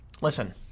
Listen